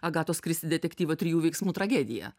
agatos kristi detektyvą trijų veiksmų tragedija